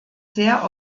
sehr